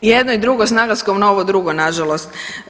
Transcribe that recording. I jedno i drugo s naglaskom na ovo drugo nažalost.